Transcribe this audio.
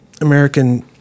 American